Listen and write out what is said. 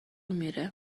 میره